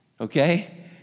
Okay